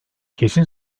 kesin